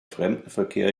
fremdenverkehr